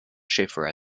shaffer